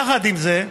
יחד עם זה,